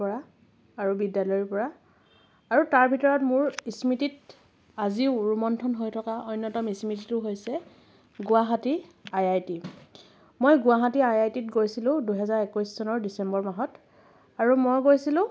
পৰা আৰু বিদ্যালয়ৰ পৰা আৰু তাৰ ভিতৰত মোৰ স্মৃতিত আজিও ৰোমন্থন হৈ থকা অন্যতম স্মৃতিটো হৈছে গুৱাহাটী আই আই টি মই গুৱাহাটী আই আই টিত গৈছিলোঁ দুহেজাৰ একৈছ চনৰ ডিচেম্বৰ মাহত আৰু মই গৈছিলোঁ